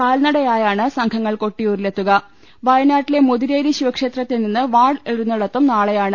കാൽനടയാ യാണ് സംഘങ്ങൾ കൊട്ടിയൂരിലെത്തുകൃ വയ്നാട്ടിലെ മുതിരേരി ശിവക്ഷേത്രത്തിൽ നിന്ന് വാൾ എഴുന്നള്ളത്തും നാളെയാണ്